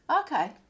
okay